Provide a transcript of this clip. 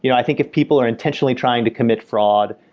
you know i think if people are intentionally trying to commit fraud,